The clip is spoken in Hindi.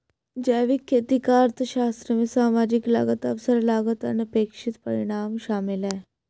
जैविक खेती का अर्थशास्त्र में सामाजिक लागत अवसर लागत अनपेक्षित परिणाम शामिल है